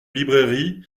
librairie